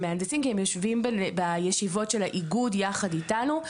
מהנדסים כי הם יושבים בישיבות של האיגוד יחד איתנו.